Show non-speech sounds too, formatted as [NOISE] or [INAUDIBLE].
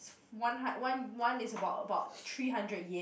[NOISE] one hun~ one one is about about three hundred yen